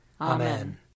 Amen